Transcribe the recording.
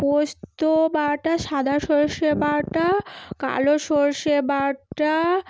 পোস্ত বাটা সাদা সরষে বাটা কালো সরষে বাটা